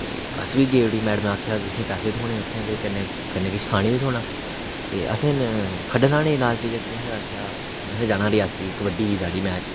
अस बी गे उठी मैडम नै आखेआ तुसें गी पैसे थ्होने उत्थै ते कन्नै किश खाने गी बी थ्होना ते असें खाने दे लालच दे चक्कर च असें आखेआ असें जाना रियासी इक कबड्डी ही साढ़े मैच